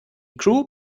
crew